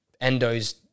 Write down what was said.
Endo's